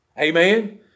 Amen